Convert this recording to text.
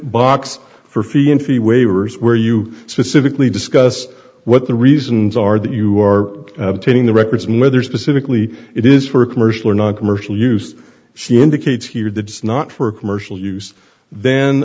box for fee in fee waivers where you specifically discuss what the reasons are that you are obtaining the records and whether specifically it is for commercial or noncommercial use she indicates here that it's not for commercial use then